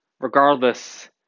regardless